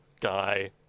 guy